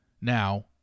now